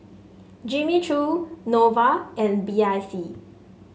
Jimmy Choo Nova and B I C